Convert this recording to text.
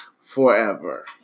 forever